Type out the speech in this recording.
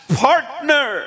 partner